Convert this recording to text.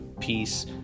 Peace